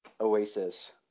Oasis